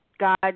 God